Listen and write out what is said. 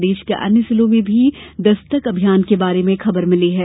प्रदेश के अन्य जिलों में भी दस्तक अभियान के बारे में खबर मिली है